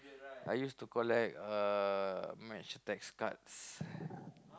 I used to collect uh match text cards